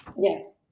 Yes